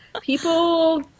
people